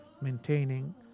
maintaining